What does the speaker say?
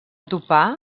topar